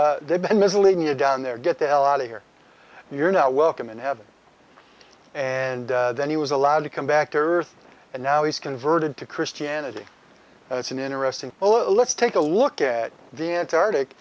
hey they've been mislead you down there get the hell out of here you're now welcome in heaven and then he was allowed to come back to earth and now he's converted to christianity and it's an interesting let's take a look at the antarctic